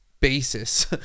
basis